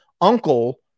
uncle